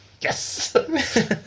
Yes